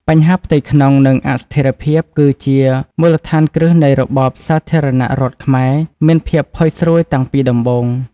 បញ្ហាផ្ទៃក្នុង និងអស្ថិរភាព គឺថាមូលដ្ឋានគ្រឹះនៃរបបសាធារណរដ្ឋខ្មែរមានភាពផុយស្រួយតាំងពីដំបូង។